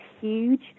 huge